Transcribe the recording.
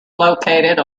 located